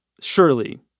Surely